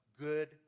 good